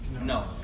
No